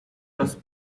los